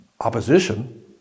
opposition